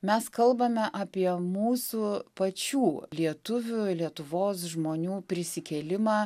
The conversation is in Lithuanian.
mes kalbame apie mūsų pačių lietuvių lietuvos žmonių prisikėlimą